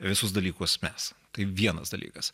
visus dalykus mes tai vienas dalykas